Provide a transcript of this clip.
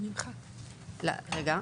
רגע.